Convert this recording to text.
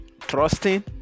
trusting